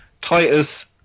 Titus